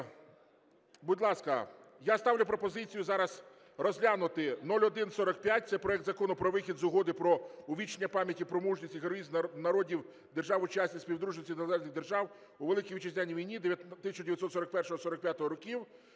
колеги, будь ласка, я ставлю пропозицію зараз розглянути 0145, це проект Закону про вихід з Угоди про увічнення пам'яті про мужність і героїзм народів держав-учасниць Співдружності Незалежних Держав у Великій Вітчизняній війні 1941-1945 років.